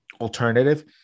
alternative